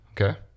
Okay